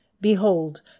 Behold